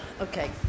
okay